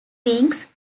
wings